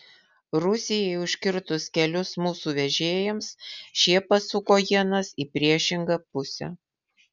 rusijai užkirtus kelius mūsų vežėjams šie pasuko ienas į priešingą pusę